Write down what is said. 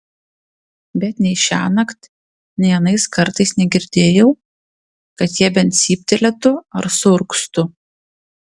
bet nei šiąnakt nei anais kartais negirdėjau kad jie bent cyptelėtų ar suurgztų